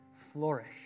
flourish